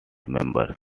members